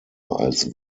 als